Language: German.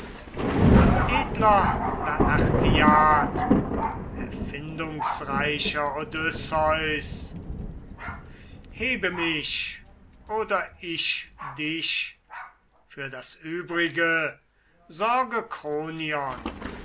edler laertiad erfindungsreicher odysseus hebe mich oder ich dich für das übrige sorge